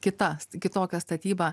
kita kitokia statybą